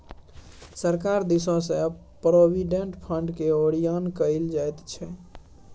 सरकार दिससँ प्रोविडेंट फंडकेँ ओरियान कएल जाइत छै